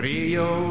Rio